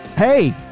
Hey